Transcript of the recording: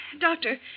Doctor